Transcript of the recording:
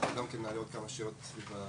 ואנחנו נעלה עוד כמה שאלות סביב הנושא.